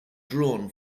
drawn